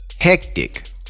hectic